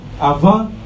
avant